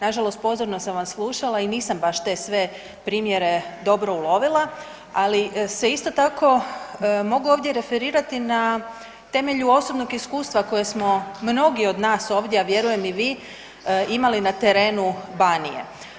Nažalost pozorno sam vas slušala i nisam baš te sve primjere dobro ulovila, ali se isto tako mogu ovdje referirati na temelju osobnog iskustva koje smo mnogi od nas ovdje imali, a vjerujem i vi imali na terenu Banije.